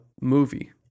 movie